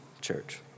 church